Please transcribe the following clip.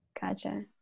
Gotcha